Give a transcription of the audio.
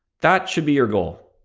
that should be your goal.